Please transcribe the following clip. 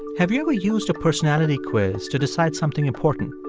have you ever used a personality quiz to decide something important,